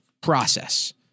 process